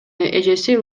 эжеси